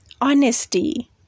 honesty